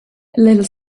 little